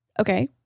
Okay